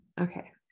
Okay